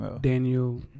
Daniel